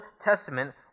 Testament